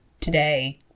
today